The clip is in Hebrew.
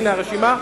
הנה הרשימה,